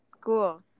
Cool